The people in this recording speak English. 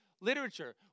literature